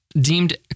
deemed